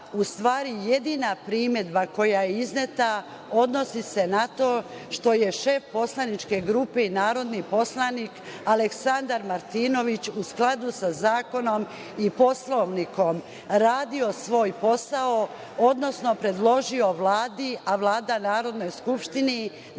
u stvari jedina primedba koja je izneta odnosi se na to što je šef poslaničke grupe i narodni poslanik, Aleksandar Martinović, u skladu sa zakonom i Poslovnikom, radio svoj posao, odnosno predložio Vladi, a Vlada Narodnoj skupštini